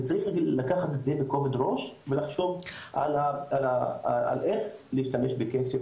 צריך לקחת את זה בכובד ראש ולחשוב על איך נשתמש בכסף.